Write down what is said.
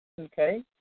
Okay